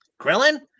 krillin